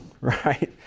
right